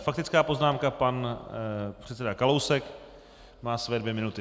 Faktická poznámka pan předseda Kalousek má své dvě minuty.